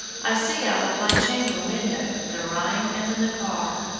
i see out of my chamber window the rhine and the neckar.